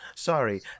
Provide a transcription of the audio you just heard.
sorry